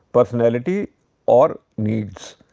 personality or needs.